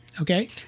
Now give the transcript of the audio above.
Okay